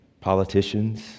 politicians